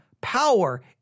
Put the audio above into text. power